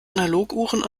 analoguhren